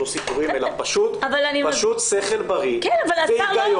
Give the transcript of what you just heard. לא סיפורים אלא פשוט שכל בריא והיגיון,